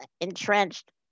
entrenched